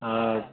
आं